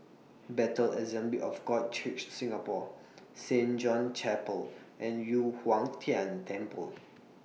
Bethel Assembly of God Church Singapore Saint John's Chapel and Yu Huang Tian Temple